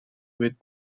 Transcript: with